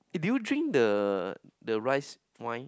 eh did you drink the the rice wine